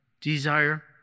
desire